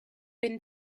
been